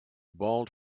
bald